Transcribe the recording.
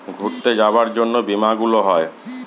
ঘুরতে যাবার জন্য বীমা গুলো হয়